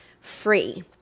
free